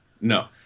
No